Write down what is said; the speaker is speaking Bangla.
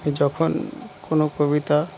যখন কোনো কবিতা